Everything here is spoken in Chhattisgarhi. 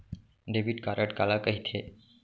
डेबिट कारड काला कहिथे?